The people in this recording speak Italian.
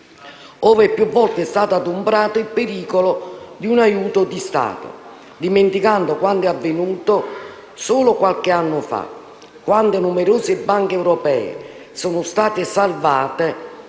ove più volte è stato adombrato il pericolo di un aiuto di Stato, dimenticando quanto è avvenuto solo qualche anno fa, quando numerose banche europee sono state salvate